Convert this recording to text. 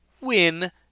win